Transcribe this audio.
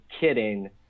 kidding